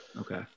Okay